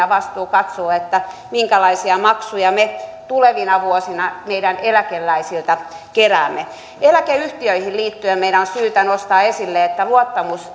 vastuu katsoa minkälaisia maksuja me tulevina vuosina meidän eläkeläisiltä keräämme eläkeyhtiöihin liittyen meidän on syytä nostaa esille että luottamus